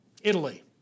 Italy